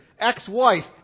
ex-wife